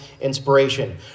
inspiration